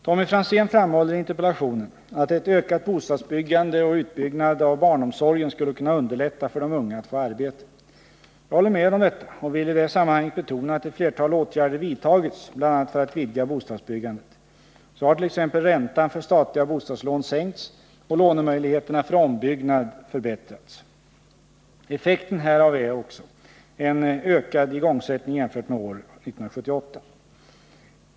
Tommy Franzén framhåller i interpellationen att ett ökat bostadsbyggande och utbyggnad av barnomsorgen skulle kunna underlätta för de unga att få arbete. Jag håller med om detta och vill i det sammanhanget betona att ett flertal åtgärder vidtagits bl.a. för att vidga bostadsbyggandet. Så har t.ex. räntan för statliga bostadslån sänkts och lånemöjligheterna för ombyggnad förbättrats. Effekten härav är också en ökad igångsättning jämfört med år 1978.